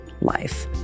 life